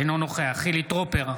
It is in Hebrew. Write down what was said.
אינו נוכח חילי טרופר,